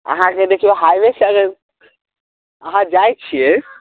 अहाँ जे देखियौ हाइवे से अगर अहाँ जाइ छियै